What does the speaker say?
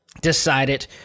decided